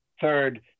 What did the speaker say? third